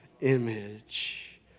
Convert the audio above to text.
image